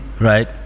Right